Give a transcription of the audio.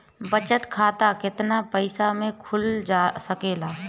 बचत खाता केतना पइसा मे खुल सकेला?